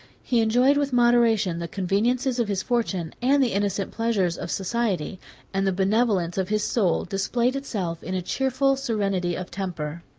he enjoyed with moderation the conveniences of his fortune, and the innocent pleasures of society and the benevolence of his soul displayed itself in a cheerful serenity of temper.